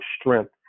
strength